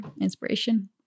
inspiration